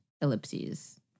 Ellipses